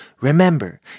Remember